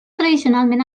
tradicionalment